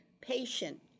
patient